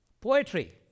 Poetry